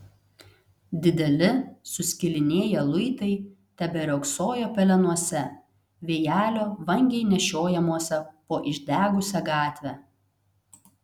dideli suskilinėję luitai teberiogsojo pelenuose vėjelio vangiai nešiojamuose po išdegusią gatvę